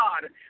God